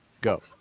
Go